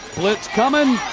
blitz coming.